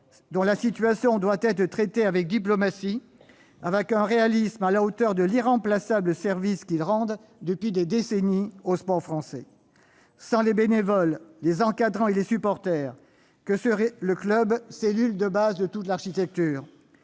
dont la situation doit être traitée avec diplomatie et avec un réalisme à la hauteur de l'irremplaçable service qu'ils rendent depuis des décennies au sport français. Sans les bénévoles, les encadrants et les supporters, que serait le club, cellule de base de toute l'architecture ?